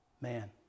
Man